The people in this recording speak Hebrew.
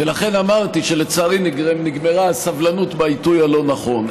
ולכן אמרתי שלצערי נגמרה הסבלנות בעיתוי הלא-נכון.